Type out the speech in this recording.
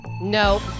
No